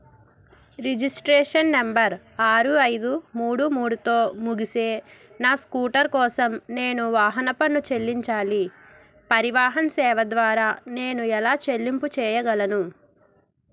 registration number ఆరు ఐదు మూడు మూడుతో ముగిసే నా స్కూటర్ కోసం నేను వాహన పన్ను చెల్లించాలి పరివాహన్ సేవ ద్వారా నేను ఎలా చెల్లింపు చేయగలను